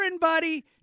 buddy